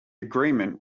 agreement